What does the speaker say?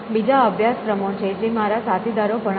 બીજાં અભ્યાસક્રમો છે જે મારા સાથીદારો ભણાવે છે